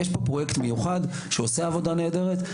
יש פה פרויקט מיוחד שעושה עבודה נהדרת,